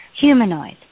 Humanoid